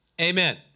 Amen